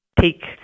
take